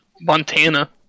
Montana